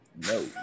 no